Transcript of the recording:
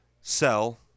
sell